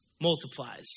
multiplies